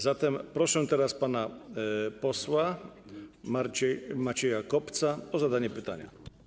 Zatem proszę teraz pana posła Macieja Kopca o zadanie pytania.